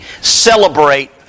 celebrate